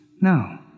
No